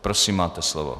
Prosím, máte slovo.